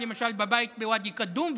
למשל בבית בוואדי קדום,